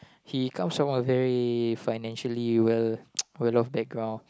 he comes from a very financially well off background